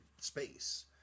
space